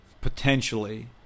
potentially